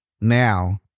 now